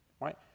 right